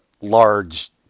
large